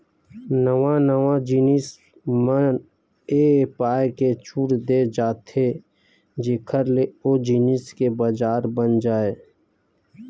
नवा नवा जिनिस म ए पाय के छूट देय जाथे जेखर ले ओ जिनिस के बजार बन जाय